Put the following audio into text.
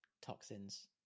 toxins